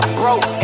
broke